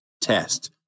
test